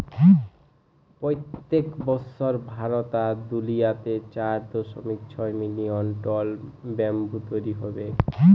পইত্তেক বসর ভারত আর দুলিয়াতে চার দশমিক ছয় মিলিয়ল টল ব্যাম্বু তৈরি হবেক